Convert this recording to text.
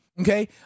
okay